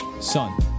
Son